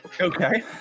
okay